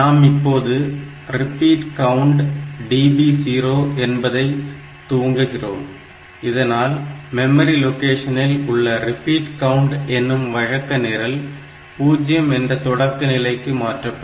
நாம் இப்போது repeat count DB 0 என்பதை துவங்குகிறோம் இதனால் மெமரி லொகேஷனில் உள்ள ரிப்பீட் கவுண்ட் என்னும் வழக்க நிரல் 0 என்ற தொடக்க நிலைக்கு மாற்றப்படும்